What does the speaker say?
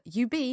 UB